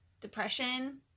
Depression